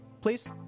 please